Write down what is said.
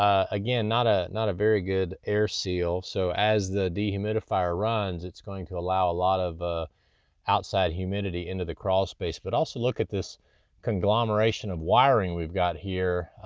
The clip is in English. um again, not ah not a very good air seal, so as the dehumidifier runs, it's going to allow a lot of ah outside humidity into the crawl space, but also look at this conglomeration of wiring we've got here.